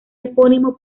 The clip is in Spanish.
epónimo